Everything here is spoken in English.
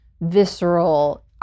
visceral